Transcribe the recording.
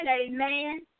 amen